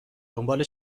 دنبال